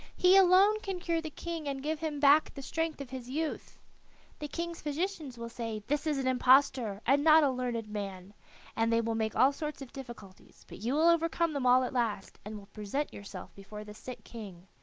he alone can cure the king and give him back the strength of his youth the king's physicians will say, this is an impostor, and not a learned man and they will make all sorts of difficulties, but you will overcome them all at last, and will present yourself before the sick king.